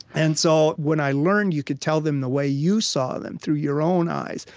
and so, when i learned you could tell them the way you saw them through your own eyes,